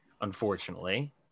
unfortunately